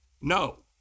No